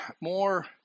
more